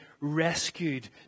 rescued